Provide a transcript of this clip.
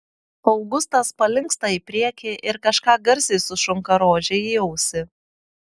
augustas palinksta į priekį ir kažką garsiai sušunka rožei į ausį